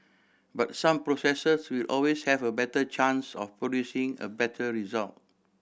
but some processes will always have a better chance of producing a better result